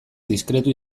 diskretu